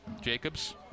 Jacobs